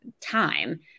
time